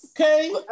Okay